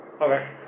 Okay